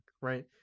right